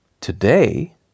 today